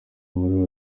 marie